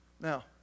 Now